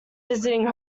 visiting